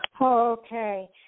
Okay